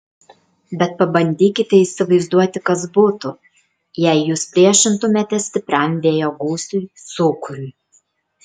bet pabandykite įsivaizduoti kas būtų jei jūs priešintumėtės stipriam vėjo gūsiui sūkuriui